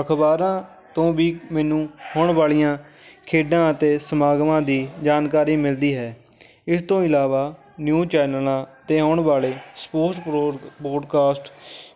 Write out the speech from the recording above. ਅਖ਼ਬਾਰਾਂ ਤੋਂ ਵੀ ਮੈਨੂੰ ਆਉਣ ਵਾਲੀਆਂ ਖੇਡਾਂ ਅਤੇ ਸਮਾਗਮਾਂ ਦੀ ਜਾਣਕਾਰੀ ਮਿਲਦੀ ਹੈ ਇਸ ਤੋਂ ਇਲਾਵਾ ਨਿਊਜ ਚੈਨਲਾਂ ਅਤੇ ਆਉਣ ਵਾਲੇ ਸਪੋਰਟ ਪ੍ਰੋਗ ਬੋਡਕਾਸਟ